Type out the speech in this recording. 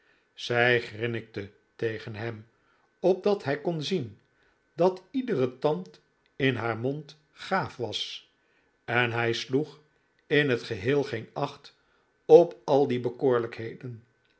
zij grinnikte tegen hem opdat hij kon zien dat iedere tand in haar mond gaaf was en hij sloeg in het geheel geen acht op al die